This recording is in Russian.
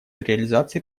реализацией